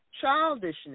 childishness